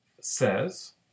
says